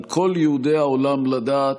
על כל יהודי העולם לדעת: